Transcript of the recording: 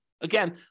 Again